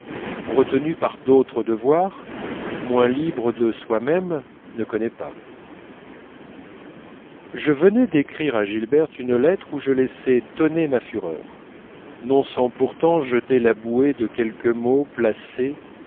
retenue par d'autres devoirs moins libre de soi-même ne connaît pas je venais d'écrire à gilberte une lettre où je laissais tonner ma fureur non sans pourtant jeter la bouée de quelques mots placés